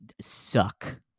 suck